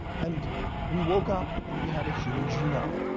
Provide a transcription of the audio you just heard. and we woke up and we had a human genome.